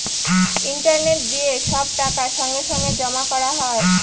internet দিয়ে সব টাকা সঙ্গে সঙ্গে জমা করা হয়